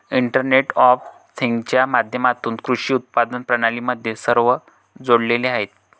internet of थिंग्जच्या माध्यमातून कृषी उत्पादन प्रणाली मध्ये सर्व जोडलेले आहेत